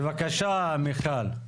בבקשה מיכל.